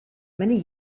many